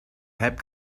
heb